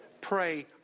pray